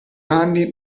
anni